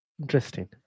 Interesting